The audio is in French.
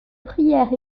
prière